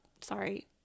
sorry